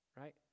right